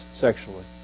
sexually